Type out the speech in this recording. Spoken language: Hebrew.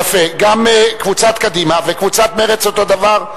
יפה, קבוצת קדימה וקבוצת מרצ אותו דבר.